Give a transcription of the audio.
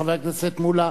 חבר הכנסת מולה,